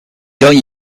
don’t